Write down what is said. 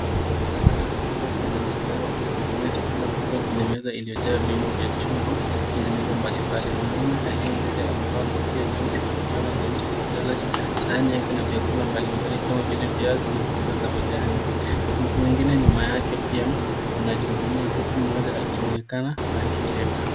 Watu kadhaa wako kwenye mstari wa kujihudumia chakula kutoka kwenye meza iliyojaa vyombo vya chuma yenye milo mbalimbali. Mwanaume aliye mbele amevaa kofia nyeusi na fulana nyeusi akijaza sahani yake na vyakula mbalimbali kama vile viazi na mboga za majani. Wengine nyuma yake pia wanajihudumia, huku mmoja akionekana akicheka.